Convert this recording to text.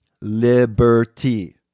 liberty